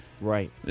Right